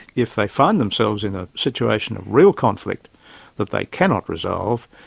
if they find themselves in a situation of real conflict that they cannot resolve,